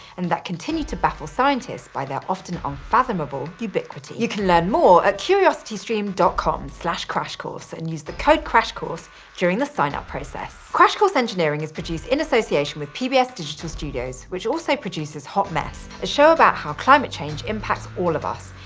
and that continue to baffle scientists by their often unfathomable ubiquity. you can learn more at curiositystream dot com slash crashcourse and use the code crashcourse during the sign-up process. crash course engineering is produced in association with pbs digital studios, which also produces hot mess, a show about how climate change impacts all of us,